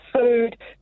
food